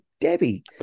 Debbie